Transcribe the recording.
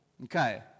Okay